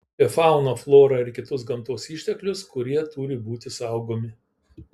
apie fauną florą ir kitus gamtos išteklius kurie turi būti saugomi